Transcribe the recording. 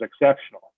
exceptional